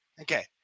Okay